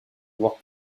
voire